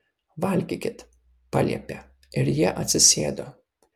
valgykit paliepė ir jie atsisėdo